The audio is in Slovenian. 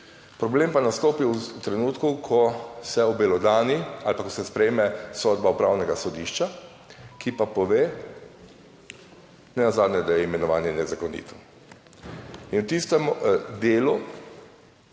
problem pa nastopi v trenutku, ko se obelodani ali pa ko se sprejme sodba Upravnega sodišča, ki pa pove nenazadnje, da je imenovanje nezakonito. In v tistem delu,